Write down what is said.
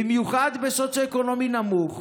במיוחד בסוציו-אקונומי נמוך,